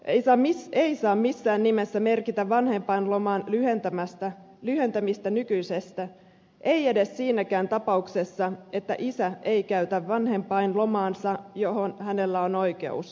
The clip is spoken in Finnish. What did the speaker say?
ei tää nyt ei saa missään nimessä merkitä vanhempainloman lyhentämistä nykyisestä ei edes siinäkään tapauksessa että isä ei käytä vanhempainlomaansa johon hänellä on oikeus